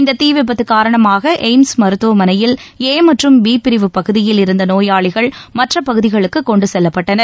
இந்த தீ விபத்து காரணமாக எய்ம்ஸ் மருத்துவமனையில் ஏ மற்றும் பி பிரிவு பகுதியில் இருந்த நோயாளிகள் மற்ற பகுதிகளுக்கு கொண்டு செல்லப்பட்டனர்